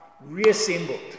reassembled